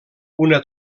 una